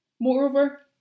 Moreover